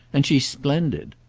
and she's splendid.